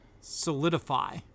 solidify